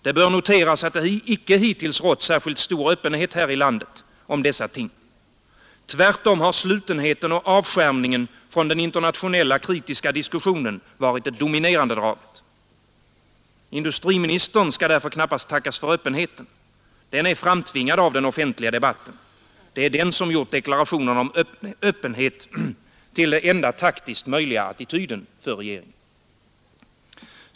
Det bör noteras att det icke hittills rått särskilt stor öppenhet här i landet om dessa ting. Tvärtom har slutenheten och avskärmningen från den internationella kritiska diskussionen varit det dominerande draget. Industriministern skall därför knappast tackas för öppenheten. Den är framtvingad av den offentliga debatten — det är den som gjort deklarationerna om öppenhet till den enda taktiskt möjliga attityden för regeringen.